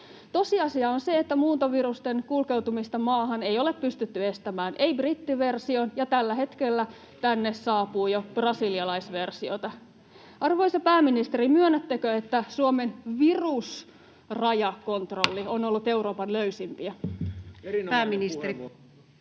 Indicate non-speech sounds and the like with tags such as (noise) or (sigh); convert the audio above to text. Tosiasia on se, että muuntovirusten kulkeutumista maahan ei ole pystytty estämään, ei brittiversion, ja tällä hetkellä tänne saapuu jo brasilialaisversiota. Arvoisa pääministeri, myönnättekö, että Suomen virusrajakontrolli on ollut (noise)